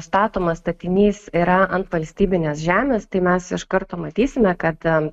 statomas statinys yra ant valstybinės žemės tai mes iš karto matysime kad ten